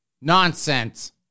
Nonsense